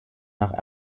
nach